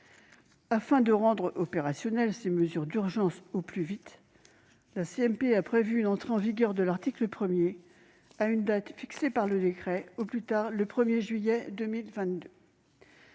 Afin de rendre opérationnelles ces mesures d'urgence au plus vite, la commission mixte paritaire a prévu une entrée en vigueur de l'article 1 à une date fixée par décret, au plus tard le 1 juillet 2022.